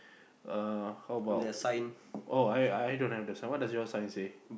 uh how about oh I I I don't have the sign what does it what does your sign say